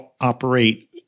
operate